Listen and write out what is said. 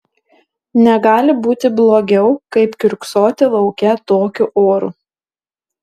negali būti blogiau kaip kiurksoti lauke tokiu oru